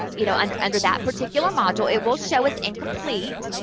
you know, under under that particular module. it will show as incomplete,